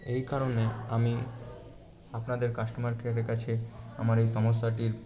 এই কারণে আমি আপনাদের কাস্টোমার কেয়ারের কাছে আমার এই সমস্যাটির